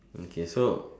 okay so